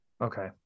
Okay